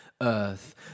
Earth